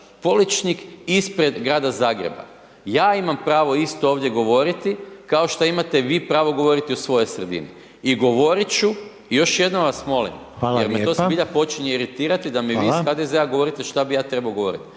Poličnik ispred grada Zagreba? Ja imam pravo isto ovdje govoriti kao što imate pravo vi govoriti o svojoj sredini, i govorit ću, još jednom vas molim … …/Upadica Reiner: Hvala lijepa./… … jer me to zbilja počinje iritirati da mi iz HDZ-a govorite šta bi ja trebao govoriti.